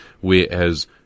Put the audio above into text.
whereas